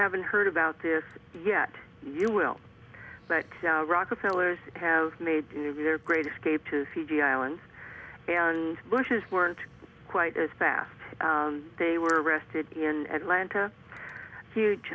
haven't heard about this yet you will but rockefeller's have made new their great escape to fiji islands and bush's weren't quite as fast as they were arrested in atlanta